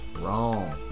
wrong